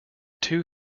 two